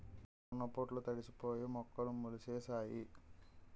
జొన్న పొట్లు తడిసిపోయి మొక్కలు మొలిసేసాయి